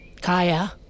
Kaya